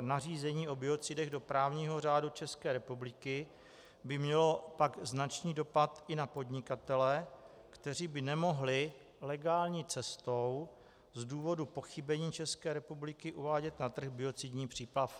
nařízení o biocidech do právního řádu České republiky by pak mělo značný dopad i na podnikatele, kteří by nemohli legální cestou z důvodu pochybení České republiky uvádět na trh biocidní přípravky.